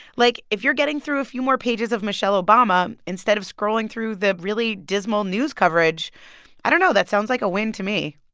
like, if you're getting through a few more pages of michelle obama instead of scrolling through the really dismal news coverage i don't know that sounds like a win to me